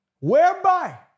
Whereby